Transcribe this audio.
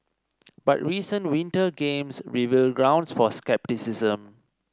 but recent Winter Games reveal grounds for scepticism